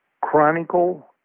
Chronicle